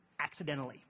accidentally